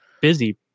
busy